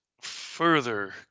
further